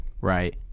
Right